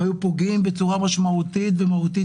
הם היו פוגעים בצורה משמעותית ומהותית,